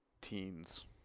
teens